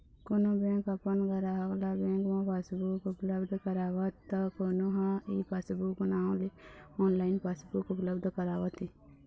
कोनो बेंक अपन गराहक ल बेंक म पासबुक उपलब्ध करावत त कोनो ह ई पासबूक नांव ले ऑनलाइन पासबुक उपलब्ध करावत हे